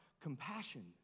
compassion